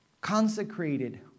Consecrated